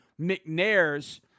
McNairs